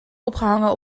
opgehangen